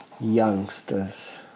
youngsters